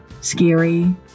scary